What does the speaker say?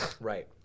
right